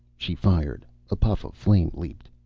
she fired. a puff of flame leaped.